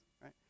Right